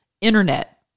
internet